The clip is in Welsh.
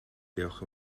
diolch